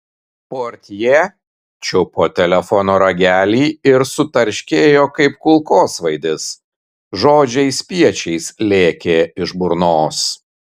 portjė čiupo telefono ragelį ir sutarškėjo kaip kulkosvaidis žodžiai spiečiais lėkė iš burnos